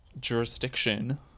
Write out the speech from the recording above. jurisdiction